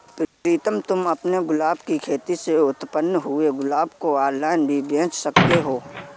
प्रीतम तुम अपने गुलाब की खेती से उत्पन्न हुए गुलाब को ऑनलाइन भी बेंच सकते हो